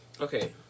Okay